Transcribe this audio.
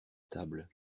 table